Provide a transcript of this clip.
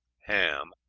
ham,